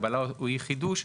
הגבלה או אי חידוש,